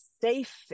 safe